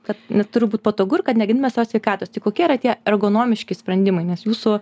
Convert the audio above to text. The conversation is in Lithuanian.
kad na turi būt patogu kad negadintume sau sveikatos tai kokie yra tie ergonomiški sprendimai nes jūsų